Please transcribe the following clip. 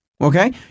okay